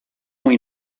muy